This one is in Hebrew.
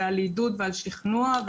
על עידוד ועל שכנוע,